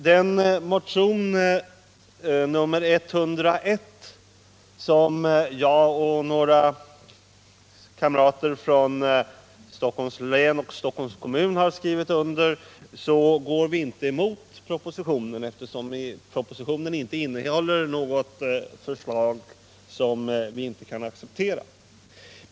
I motionen 101, som jag och några kamrater från Stockholms län och Stockholms kommun har skrivit under, går vi inte emot propositionen eftersom den inte innehåller något förslag som vi inte kan acceptera.